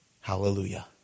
Hallelujah